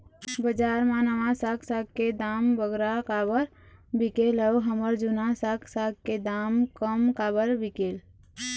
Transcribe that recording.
बजार मा नावा साग साग के दाम बगरा काबर बिकेल अऊ हमर जूना साग साग के दाम कम काबर बिकेल?